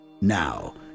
Now